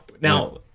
now